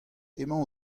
emañ